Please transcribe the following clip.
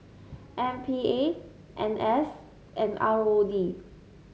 M P A N S and R O D